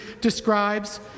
describes